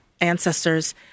ancestors